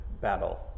battle